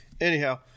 Anyhow